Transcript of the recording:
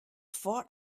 fought